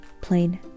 plain